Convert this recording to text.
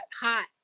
hot